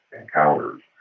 encounters